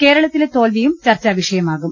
കേരളത്തിലെ തോൽവിയും ചർച്ചാവിഷ യമാകും